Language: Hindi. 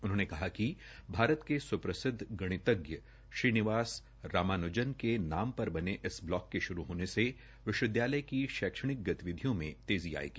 उन्होंने कहा कि भारत के सुप्रसिद्ध गणितज्ञ श्रीनिवास रामानुजन के नाम पर बने इस ब्लॉक के शुरू होने से विश्वविद्यालय की शैक्षणिक गतिविधियों में तेजी आएगी